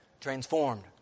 transformed